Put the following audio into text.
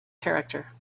character